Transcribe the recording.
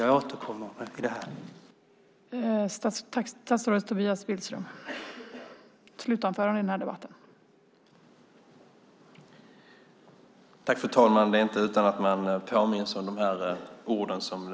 Jag återkommer i den här frågan.